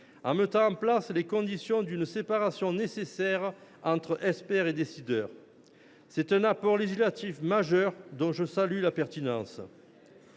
en mettant en place les conditions d’une séparation nécessaire entre experts et décideurs. C’est un apport législatif majeur dont je salue la pertinence.